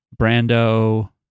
Brando